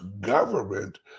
government